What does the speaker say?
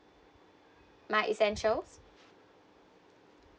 my essentials